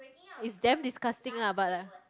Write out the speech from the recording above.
is damn disgusting lah but like